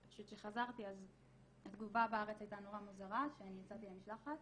פשוט כשחזרתי אז התגובה בארץ הייתה נורא מוזרה שאני יצאתי למשלחת.